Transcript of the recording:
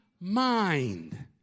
mind